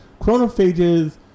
chronophages